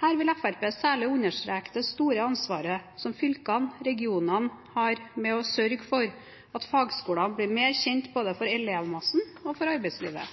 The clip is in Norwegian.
Her vil Fremskrittspartiet særlig understreke det store ansvaret som fylkene/regionene har med å sørge for at fagskolene blir mer kjent, både for elevmassen og